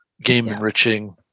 game-enriching